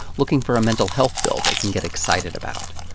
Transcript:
looking for a mental health bill they can get excited about.